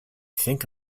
think